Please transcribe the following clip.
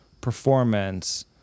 performance